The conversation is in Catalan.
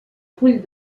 full